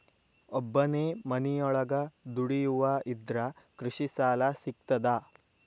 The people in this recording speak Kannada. ಒಬ್ಬನೇ ಮನಿಯೊಳಗ ದುಡಿಯುವಾ ಇದ್ರ ಕೃಷಿ ಸಾಲಾ ಸಿಗ್ತದಾ?